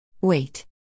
Wait